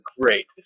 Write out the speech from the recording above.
great